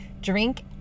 drink